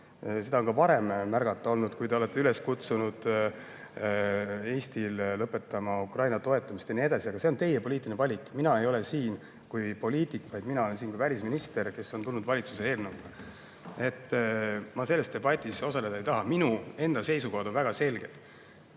Seda on ka varem märgata olnud, kui te olete üles kutsunud Eestit lõpetama Ukraina toetamist ja nii edasi. Aga see on teie poliitiline valik. Mina ei ole siin kui poliitik, vaid ma olen siin kui välisminister, kes on tulnud valitsuse eelnõuga. Ma selles debatis osaleda ei taha. Minu enda seisukohad on väga selged.